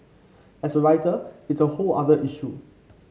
as a writer it's a whole other issue